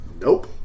Nope